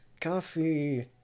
coffee